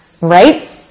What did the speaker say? right